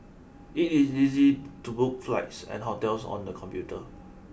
it is easy to book flights and hotels on the computer